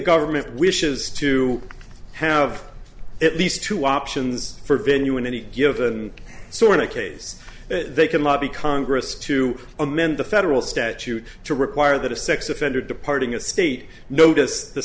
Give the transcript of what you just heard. government wishes to have at least two options for venue in any given sort of case they can lobby congress to amend the federal statute to require that a sex offender departing a state notice the